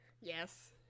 Yes